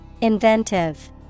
Inventive